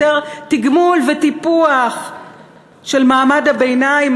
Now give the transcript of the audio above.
יותר תגמול וטיפוח של מעמד הביניים,